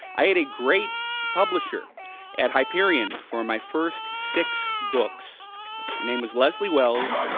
i had a great publis her at hyperion for my first six books. her name was leslie wells.